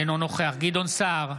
אינו נוכח גדעון סער,